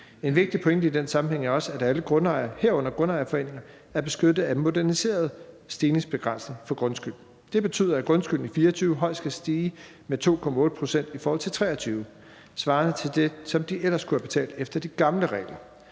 En vigtig pointe i den sammenhæng er også, at alle grundejere, herunder grundejerforeninger, er beskyttet af den moderniserede stigningsbegrænsning for grundskyld. Det betyder, at grundskylden i 2024 højst kan stige med 2,8 pct. i forhold til 2023, svarende til det, som de ellers skulle have betalt efter de gamle regler.